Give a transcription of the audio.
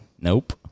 Nope